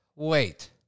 Wait